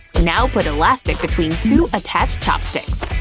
now put elastic between two attached chopsticks.